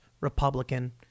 Republican